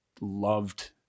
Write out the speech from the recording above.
loved